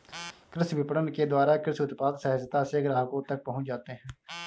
कृषि विपणन के द्वारा कृषि उत्पाद सहजता से ग्राहकों तक पहुंच जाते हैं